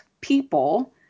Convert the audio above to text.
people